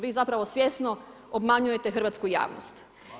Vi zapravo svjesno obmanjujete hrvatsku javnost.